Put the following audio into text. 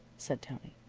said tony.